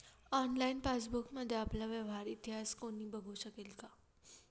Online पासबुकमध्ये आपला व्यवहार इतिहास कोणी बघु शकेल का?